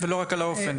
ולא רק על האופן.